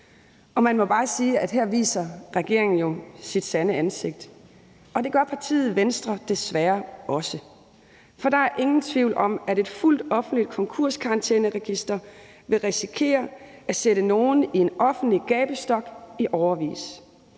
Man må bare sige, at her viser regeringen jo sit sande ansigt, og at det gør partiet Venstre desværre også. For der er ingen tvivl om, at et fuldt offentligt konkurskarantæneregister vil risikere at sætte nogle i en offentlig gabestok i årevis.